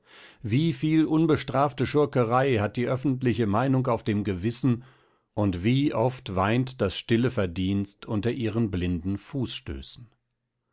wie viel unbestrafte schurkerei hat die öffentliche meinung auf dem gewissen und wie oft weint das stille verdienst unter ihren blinden fußstößen